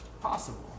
possible